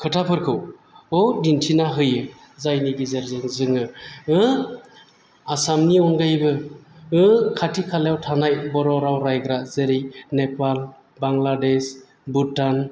खोथाफोरखौ दिन्थिना होयो जायनि गेजेरजों जोङो आसामनि आनगायैबो खाथि खालायाव थानाय बर' राव रायग्रा जेरै नेपाल बांलादेश भुटान